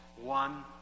one